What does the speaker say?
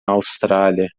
austrália